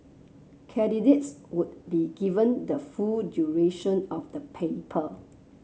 candidates would be given the full duration of the paper